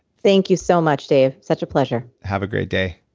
thank you so much, dave. such a pleasure. have a great day.